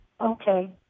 Okay